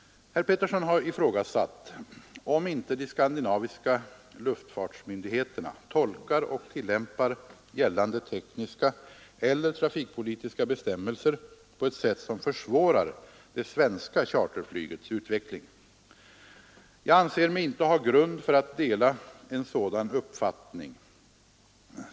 Herr Petersson har ifrågasatt om inte de skandinaviska luftfartsmyndigheterna tolkar och tillämpar gällande tekniska eller trafikpolitiska bestämmelser på ett sätt som försvårar det svenska charterflygets utveckling. Jag anser mig inte ha grund för att dela en sådan uppfattning.